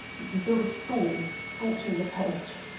you can feel the scorn scorching the page.